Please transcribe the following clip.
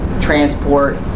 transport